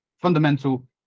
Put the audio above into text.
fundamental